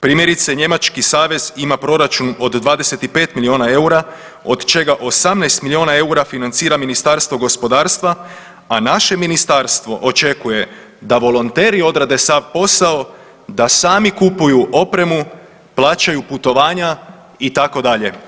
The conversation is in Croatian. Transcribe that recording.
Primjerice Njemački savez ima proračun od 25 milijuna eura od čega 18 milijuna eura financira Ministarstvo gospodarstva, a naše ministarstvo očekuje da volonteri odrade sav posao, da sami kupuju opremu, plaćaju putovanja itd.